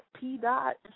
P-dot